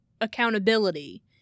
accountability